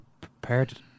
prepared